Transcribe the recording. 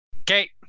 Okay